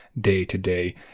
day-to-day